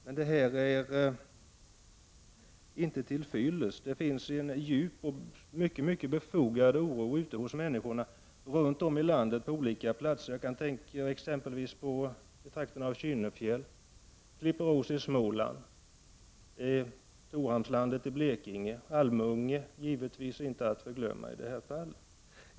Men det är inte till fyllest. Det finns en djup och mycket mycket befogad oro ute hos människorna runt om i landet på olika platser. Jag tänker exempelvis på trakten av Kynnefjäll, Klipperås i Småland, Torhamnslandet i Blekinge, Almunge givetvis inte att förglömma i det här fallet.